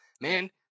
man